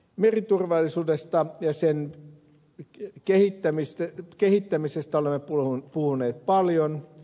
meriturvallisuudesta ja sen kehittämisestä olemme puhuneet paljon